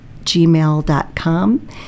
gmail.com